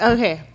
Okay